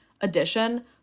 addition